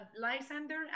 Lysander